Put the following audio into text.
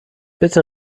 bitte